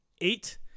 eight